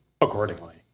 accordingly